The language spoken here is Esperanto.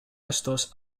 estos